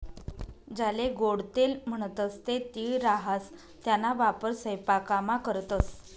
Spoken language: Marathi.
ज्याले गोडं तेल म्हणतंस ते तीळ राहास त्याना वापर सयपाकामा करतंस